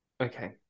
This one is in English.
okay